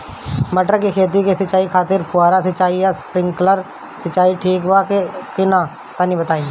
मटर के खेती के सिचाई खातिर फुहारा सिंचाई या स्प्रिंकलर सिंचाई ठीक बा या ना तनि बताई?